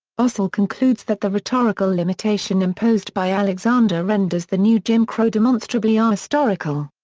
osel concludes that the rhetorical limitation imposed by alexander renders the new jim crow demonstrably ahistorical.